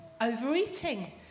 overeating